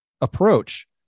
approach